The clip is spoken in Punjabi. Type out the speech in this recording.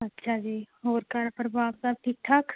ਅੱਛਾ ਜੀ ਹੋਰ ਘਰ ਪਰਿਵਾਰ ਸਭ ਠੀਕ ਠਾਕ